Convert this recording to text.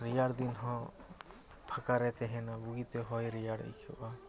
ᱨᱮᱭᱟᱲᱫᱤᱱ ᱦᱚᱸ ᱯᱷᱟᱠᱟᱨᱮ ᱛᱟᱦᱮᱱᱚᱜ ᱵᱩᱜᱤᱛᱮ ᱦᱚᱭ ᱨᱮᱭᱟᱲ ᱟᱹᱭᱠᱟᱹᱜᱼᱟ